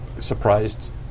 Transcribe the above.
Surprised